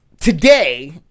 today